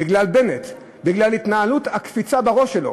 בגלל בנט, בגלל התנהלות הקפיצה בראש שלו,